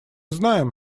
знаем